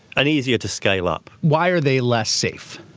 and easier to scale up. why are they less safe?